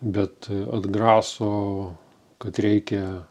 bet atgraso kad reikia